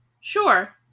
Sure